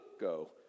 go